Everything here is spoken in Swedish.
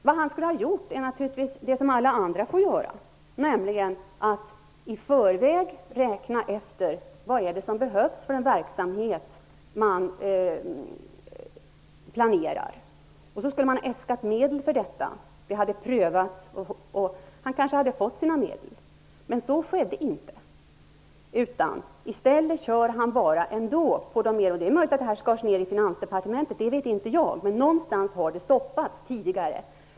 Vad han skulle ha gjort är naturligtvis det som alla andra får göra, nämligen att han i förväg skulle ha räknat efter vad som behövs för den verksamhet som man planerar. Sedan skulle man ha äskat medel för detta. Därefter skulle äskandet ha prövats, och han skulle kanske ha fått sina medel. Men så skedde inte, och han fortsätter med oförändrad hantering av medlen. Jag vet inte om nedskärningar har skett i Finansdepartementet -- det är möjligt -- men det har någonstans blivit stoppat.